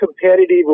competitive